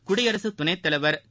குடியரசுத் துணைத் தலைவர் திரு